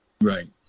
Right